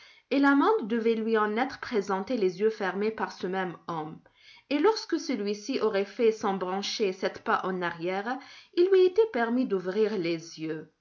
et l'amande devait lui en être présentée les yeux fermés par ce même homme et lorsque celui-ci aurait fait sans broncher sept pas en arrière il lui était permis d'ouvrir les yeux